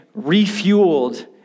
refueled